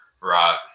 Right